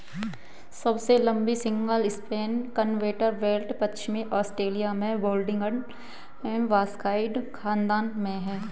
सबसे लंबी single span conveyor belt पश्चिमी ऑस्ट्रेलिया में बोडिंगटन बॉक्साइट खदान में है